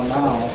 now